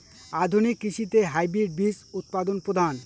আধুনিক কৃষিতে হাইব্রিড বীজ উৎপাদন প্রধান